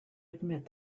admit